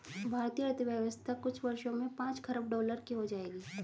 भारतीय अर्थव्यवस्था कुछ वर्षों में पांच खरब डॉलर की हो जाएगी